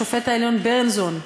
הוא שופט העליון ברנזון,